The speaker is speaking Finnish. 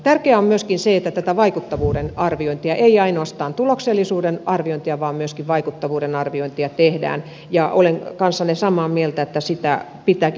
tärkeää on myöskin se että tätä vaikuttavuuden arviointia ei ainoastaan tuloksellisuuden arviointia vaan myöskin vaikuttavuuden arviointia tehdään ja olen kanssanne samaa mieltä että sitä pitääkin tehdä